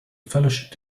fellowship